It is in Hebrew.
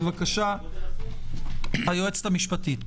בבקשה, היועצת המשפטית.